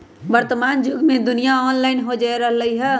वर्तमान जुग में दुनिया ऑनलाइन होय जा रहल हइ